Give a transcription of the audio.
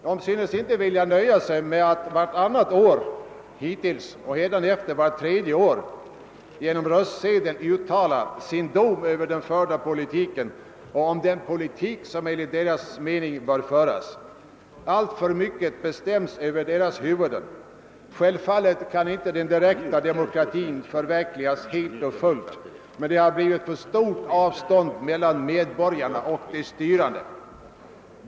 De synes inte vilja nöja sig med att vartannat år hittills och vart tredje år hädanefter genom röstsedel uttala Åtgärder för att fördjupa och stärka det svenska folkstyret sin dom över den förda politiken och ange vilken politik som enligt deras mening i fortsättningen bör föras. Alltför mycket bestäms över deras huvuden. Självfallet kan inte den direkta demokratin förverkligas helt och fullt, men det har blivit för stort avstånd mellan medborgarna och de styrande.